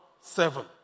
seven